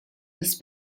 des